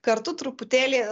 kartu truputėlį